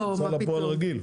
יש הוצאה לפועל רגיל,